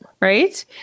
Right